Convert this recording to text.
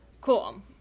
Cool